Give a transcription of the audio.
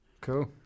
Cool